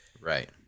right